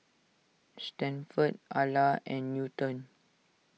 Stanford Ala and Newton